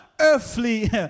earthly